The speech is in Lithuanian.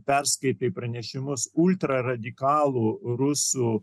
perskaitei pranešimus radikalų rusų